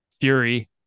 Fury